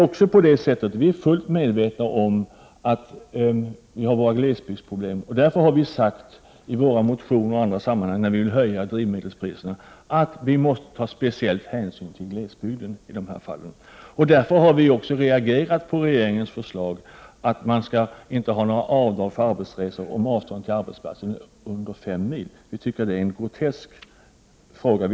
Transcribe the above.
Vii miljöpartiet är fullt medvetna om glesbygdsproblemen. Därför säger vi i motioner och i andra sammanhang när det gäller att höja drivmedelspriserna att speciell hänsyn måste tas till glesbygden i dessa fall. Mot den bakgrunden reagerar vi på regeringens förslag, att det inte skall vara avdrag för arbetsresor om det är mindre än 5 mil till arbetsplatsen. Vi tycker att det är groteskt.